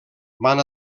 van